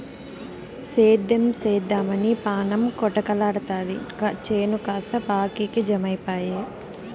సేద్దెం సేద్దెమని పాణం కొటకలాడతాది చేను కాస్త బాకీకి జమైపాయె